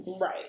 Right